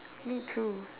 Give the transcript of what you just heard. me too